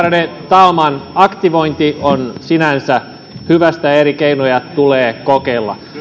talman aktivointi on sinänsä hyvästä ja eri keinoja tulee kokeilla kuitenkin